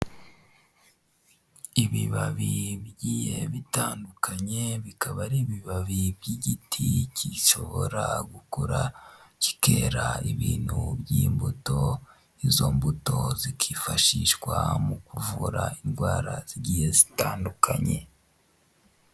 Ibibabi bigiye bitandukanye bikaba ari ibibabi by'igiti gishobora gukura kikera ibintu by'imbuto, izo mbuto zikifashishwa mu kuvura indwara zigiye zitandukanye.